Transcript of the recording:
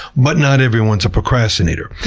but not everyone's a procrastinator.